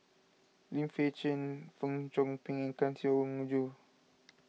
Lim Fei Shen Fong Chong Pik and Kang Siong Joo